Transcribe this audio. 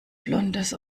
blondes